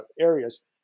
areas